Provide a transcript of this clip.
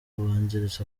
ubanziriza